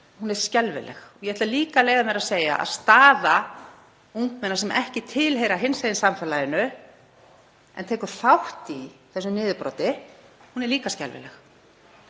hún er skelfileg. Ég ætla líka að leyfa mér að segja að staða ungmenna sem ekki tilheyra hinsegin samfélaginu en taka þátt í þessu niðurbroti er líka skelfileg.